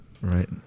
Right